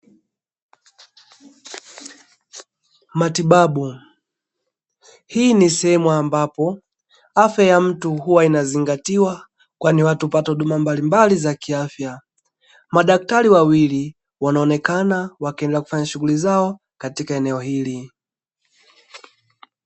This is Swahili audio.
Matibabu. Hii ni sehemu ambapo afya ya mtu huwa inazingatiwa, kwani watu hupata huduma mbalimbali za kiafya. Madaktari wawili wanaonekana wakiendelea kufanya shughuli zao katika eneo hili.